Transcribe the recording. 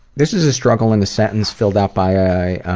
this is a struggle in a sentence filled out by a